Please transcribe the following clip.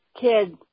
kids